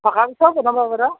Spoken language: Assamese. পকামিঠৈও বনাব পাৰা